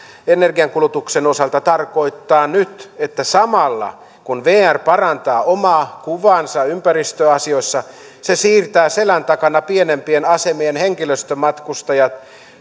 energiankulutuksen osalta tarkoittaa nyt että samalla kun vr parantaa omaa kuvaansa ympäristöasioissa se siirtää selän takana pienempien asemien henkilömatkustajat